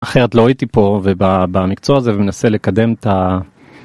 אחרת לא הייתי פה ובמקצוע הזה ומנסה לקדם את ה.